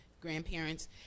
Grandparents